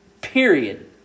Period